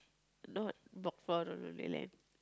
not